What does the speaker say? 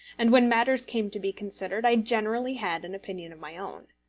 and when matters came to be considered, i generally had an opinion of my own.